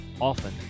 often